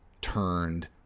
turned